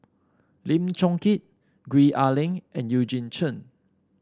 Lim Chong Keat Gwee Ah Leng and Eugene Chen